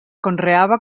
conreava